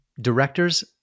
directors